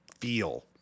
feel